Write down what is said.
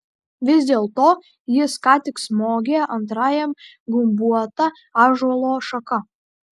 vis dėlto jis ką tik smogė antrajam gumbuota ąžuolo šaka